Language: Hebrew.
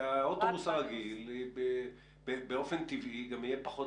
באוטובוס הרגיל באופן טבעי גם יהיה פחות